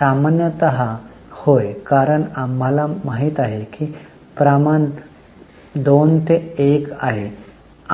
सामान्यत होय कारण आम्हाला माहित आहे की प्रमाण प्रमाण 2 ते 1 आहे